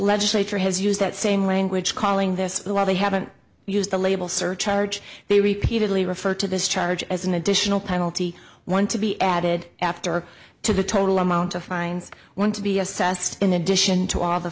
legislature has used that same language calling this law they haven't used the label surcharge they repeatedly refer to this charge as an additional penalty one to be added after to the total amount of fines one to be assessed in addition to all the